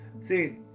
see